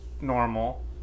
normal